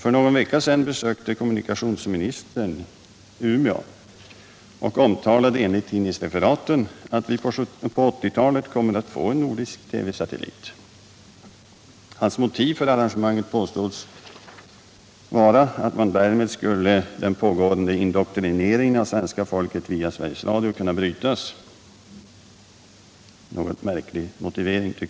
För någon vecka sedan besökte kommunikationsministern Umeå och omtalade, enligt tidningsreferaten, att vi på 1980-talet kommer att få en nordisk TV-satellit. Hans motiv för arrangemanget påstods vara att därmed den pågående indoktrineringen av svenska folket via Sveriges Radio skulle kunna brytas — en något märklig motivering.